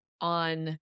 on